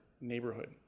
neighborhood